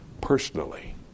personally